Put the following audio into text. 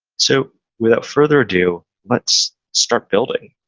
so without further ado, let's start building.